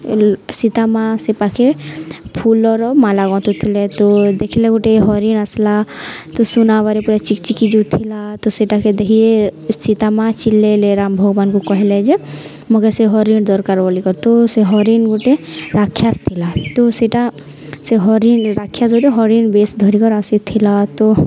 ସୀତା ମା' ସେ ପାଖେ ଫୁଲର ମାଲା ଗୁଁନ୍ଥୁଥିଲେ ତ ଦେଖିଲେ ଗୋଟେ ହରିଣ ଆସଲା ତୁ ସୁନାବାରେ ପୁରା ଚିକଚିକି ଯୁଥିଲା ତ ସେଟାକେ ଦେଖି ସୀତା ମା' ଚିଲେଇଲେ ରାମ ଭଗବାନଙ୍କୁ କହିଲେ ଯେ ମୋତେ ସେ ହରିଣ ଦରକାର ବୋଲିକରି ତ ସେ ହରିଣ ଗୋଟେ ରାକ୍ଷସ ଥିଲା ତୋ ସେଟା ସେ ହରିଣ ରାକ୍ଷସ ଗୋଟେ ହରିଣ ବେସ୍ ଧରିକରି ଆସିଥିଲା ତ